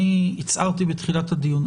אני הצהרתי בתחילת הדיון.